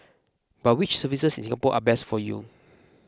but which services in Singapore are best for you